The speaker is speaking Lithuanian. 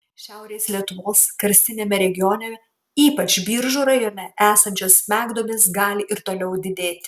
šiaurės lietuvos karstiniame regione ypač biržų rajone esančios smegduobės gali ir toliau didėti